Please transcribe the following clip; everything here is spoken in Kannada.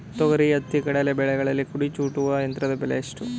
ತೊಗರಿ, ಹತ್ತಿ, ಕಡಲೆ ಬೆಳೆಗಳಲ್ಲಿ ಕುಡಿ ಚೂಟುವ ಯಂತ್ರದ ಬೆಲೆ ಎಷ್ಟು?